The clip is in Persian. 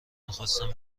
میخواستم